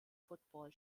football